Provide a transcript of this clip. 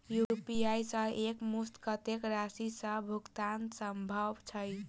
UPI सऽ एक मुस्त कत्तेक राशि कऽ भुगतान सम्भव छई?